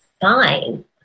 Fine